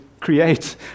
create